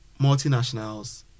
multinationals